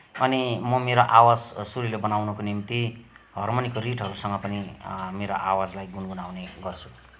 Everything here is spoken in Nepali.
अनि म मेरो आवाज सुरिलो बनाउनुको निम्ति हर्मोनिको रिडहरूसँग पनि मेरो आवाजलाई गुनगुनाउने गर्छुँ